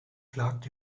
klagt